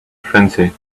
frenzy